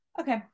Okay